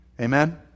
Amen